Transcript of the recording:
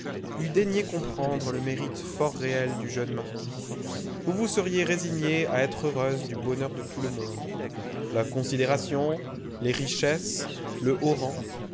eût daigné comprendre le mérite fort réel du jeune marquis vous vous seriez résignée à être heureuse du bonheur de tout le monde la considération les richesses le